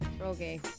Okay